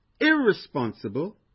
irresponsible